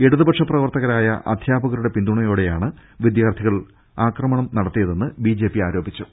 ഇടതുപക്ഷ പ്രവർത്തകരായ അധ്യാപ്പകരുടെ പിന്തുണയോടെ യാണ് വിദ്യാർത്ഥികൾ അക്രമം നട്ടത്തിയതെന്ന് ബിജെപി ആരോ പിച്ചു